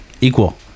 Equal